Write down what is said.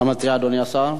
מה מציע אדוני השר?